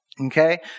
Okay